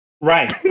Right